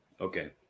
Okay